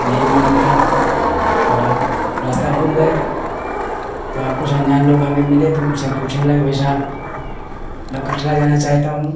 नहीं मालूम था थोड़ा रास्ता भूल गए तो वहाँ कुछ अंजान लोग हमें मिले तो उनसे हम पूछने लगे भाई साहब मैं कटरा जाना चाहता हूँ